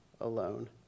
alone